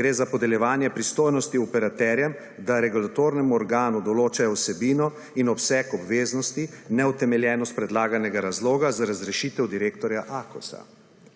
gre za podeljevanje pristojnosti operaterjem, da regulatornem organu določajo vsebino in obseg obveznosti neutemeljenost predlaganega razloga za razrešitev direktorja AKOSA.